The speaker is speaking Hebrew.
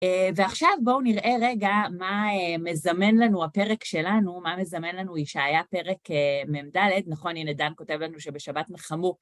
ועכשיו בואו נראה רגע מה מזמן לנו הפרק שלנו, מה מזמן לנו ישעיה פרק מ"ד, נכון, הנה דן כותב לנו שבשבת נחמו.